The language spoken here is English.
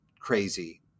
crazy